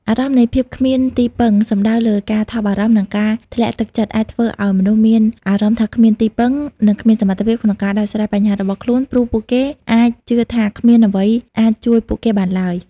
អារម្មណ៍នៃភាពគ្មានទីពឹង សំដៅលើការថប់បារម្ភ និងការធ្លាក់ទឹកចិត្តអាចធ្វើឱ្យមនុស្សមានអារម្មណ៍ថាគ្មានទីពឹង និងគ្មានសមត្ថភាពក្នុងការដោះស្រាយបញ្ហារបស់ខ្លួនព្រោះពួកគេអាចជឿថាគ្មានអ្វីអាចជួយពួកគេបានឡើយ។